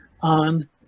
on